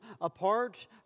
apart